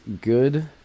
good